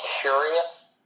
curious